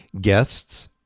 Guests